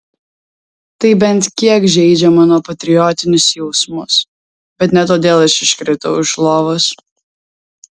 tai bent kiek žeidžia mano patriotinius jausmus bet ne todėl aš iškritau iš lovos